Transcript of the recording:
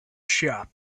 shop